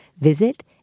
visit